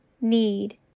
need